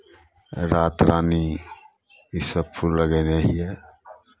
रातरानी इसभ फूल लगयने हियै